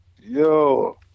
Yo